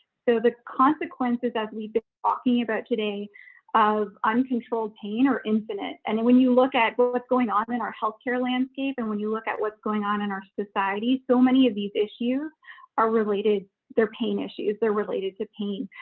so the consequences as we've been talking about today of uncontrolled pain are infinite, and and when you look at well, what's going on in our healthcare landscape, and when you look at what's going on in our society, so many of these issues are related they're pain issues they're related to pain.